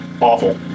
awful